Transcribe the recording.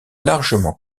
largement